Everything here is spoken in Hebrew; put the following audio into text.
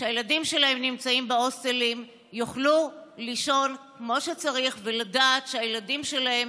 שהילדים שלהם נמצאים בהוסטלים יוכלו לישון כמו שצריך ולדעת שהילדים שלהם